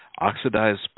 Oxidized